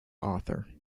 author